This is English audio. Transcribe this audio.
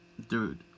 Dude